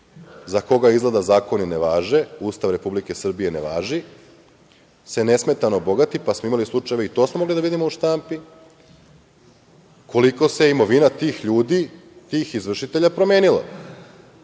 za koga, izgleda, zakoni ne važe, Ustav Republike Srbije ne važi, nesmetano se bogati, pa smo imali slučajeve, i to smo mogli da vidimo u štampi, koliko se imovina tih ljudi, tih izvršitelja promenilo,